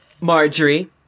Marjorie